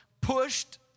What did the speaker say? pushed